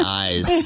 eyes